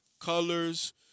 colors